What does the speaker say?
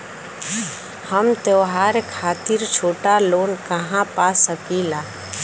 हम त्योहार खातिर छोटा लोन कहा पा सकिला?